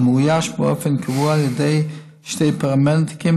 ומאויש באופן קבוע על ידי שני פרמדיקים